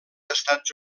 estats